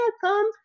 come